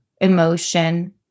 emotion